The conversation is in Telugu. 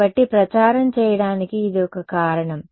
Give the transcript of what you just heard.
కాబట్టి ప్రచారం చేయడానికి ఇది ఒక కారణం